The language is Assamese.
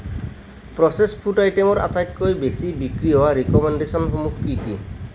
প্ৰচেছ ফুড আইটেমৰ আটাইতকৈ বেছি বিক্ৰী হোৱা ৰিক'মেণ্ডেশ্যনসমূহ কি কি